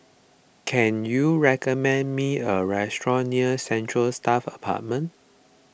can you recommend me a restaurant near Central Staff Apartment